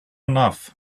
enough